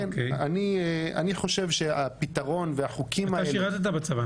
אני חושב שהפתרון והחוקים האלה --- אתה שירתת בצבא,